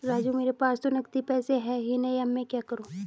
राजू मेरे पास तो नगदी पैसे है ही नहीं अब मैं क्या करूं